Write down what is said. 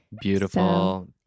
Beautiful